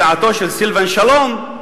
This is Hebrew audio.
הצעתו של סילבן שלום,